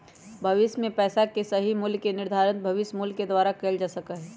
भविष्य में पैसा के सही मूल्य के निर्धारण भविष्य मूल्य के द्वारा कइल जा सका हई